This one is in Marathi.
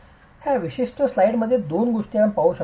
तर या विशिष्ट स्लाइड मध्ये दोन गोष्टी आपण पाहू शकता